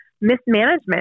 mismanagement